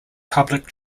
public